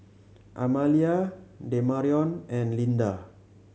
Amalia Demarion and Lynda